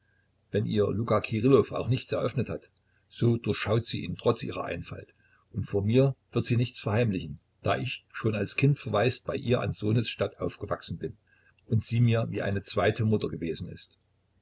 wenn ihr luka kirillow auch nichts eröffnet hat so durchschaut sie ihn trotz ihrer einfalt und vor mir wird sie nichts verheimlichen da ich schon als kind verwaist bei ihr an sohnesstatt aufgewachsen bin und sie mir wie eine zweite mutter gewesen ist